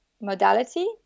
modality